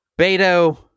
Beto